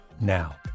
now